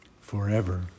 Forever